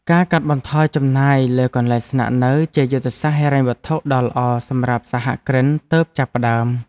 ការកាត់បន្ថយចំណាយលើកន្លែងស្នាក់នៅជាយុទ្ធសាស្ត្រហិរញ្ញវត្ថុដ៏ល្អសម្រាប់សហគ្រិនទើបចាប់ផ្ដើម។